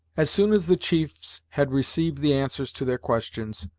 as soon as the chiefs had received the answers to their questions,